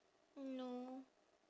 no